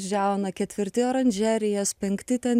džiauna ketvirti oranžerijas penkti ten